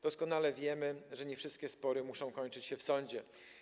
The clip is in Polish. Doskonale wiemy, że nie wszystkie spory muszą kończyć się w sądzie.